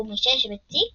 הוא מישש בתיק